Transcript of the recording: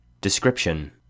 Description